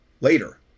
later